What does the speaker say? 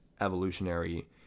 evolutionary